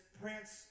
prince